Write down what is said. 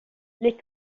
les